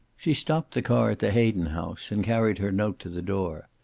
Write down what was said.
she stopped the car at the hayden house, and carried her note to the door.